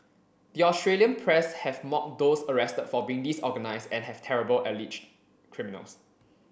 the Australian press have mocked those arrested for being disorganised and have terrible alleged criminals